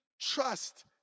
trust